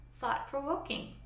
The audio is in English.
thought-provoking